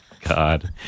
God